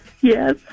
Yes